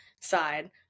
side